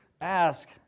Ask